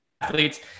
athletes